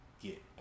get